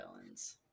villains